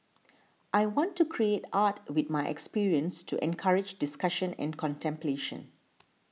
I want to create art with my experience to encourage discussion and contemplation